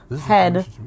head